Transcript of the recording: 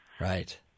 Right